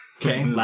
Okay